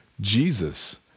Jesus